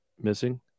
missing